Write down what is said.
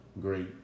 great